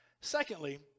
Secondly